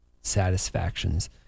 satisfactions